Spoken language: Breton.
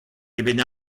eben